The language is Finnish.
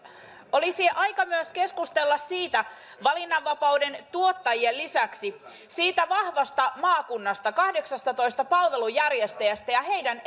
olisi aika keskustella valinnanvapauden kohdalla tuottajien lisäksi siitä vahvasta maakunnasta kahdeksastatoista palvelunjärjestäjästä ja heidän